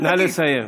נא לסיים.